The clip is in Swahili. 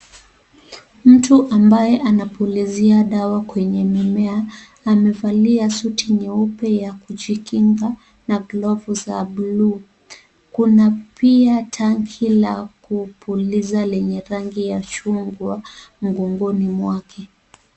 Mtu ambaye anapulizia dawa kwenye mimea amevalia suti nyeupe ya kujikinga na glavu za bluu kuna pia tanki la kupuliza lenye rangi ya chungwa ukingoni mwake.